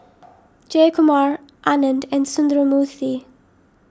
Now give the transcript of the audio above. Jayakumar Anand and Sundramoorthy